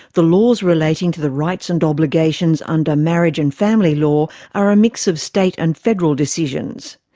the laws relating to the rights and obligations under marriage and family law are a mix of state and federal decisions.